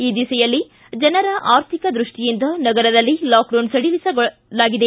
ಈ ದಿಸೆಯಲ್ಲಿ ಜನರ ಆರ್ಥಿಕ ದೃಷ್ಷಿಯಿಂದ ನಗರದಲ್ಲಿ ಲಾಕ್ಡೌನ್ ಸಡಿಲಗೊಳಿಸಲಾಗಿದೆ